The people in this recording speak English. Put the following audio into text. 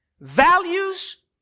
Values